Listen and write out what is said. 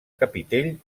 capitell